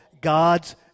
God's